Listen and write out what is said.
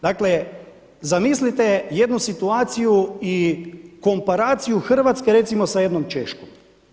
Dakle zamislite jednu situaciju i komparaciju Hrvatske recimo sa jednom Čekom.